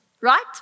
Right